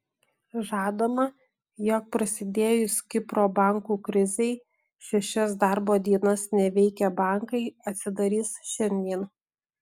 žadama jog prasidėjus kipro bankų krizei šešias darbo dienas neveikę bankai atsidarys šiandien